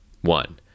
One